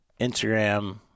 Instagram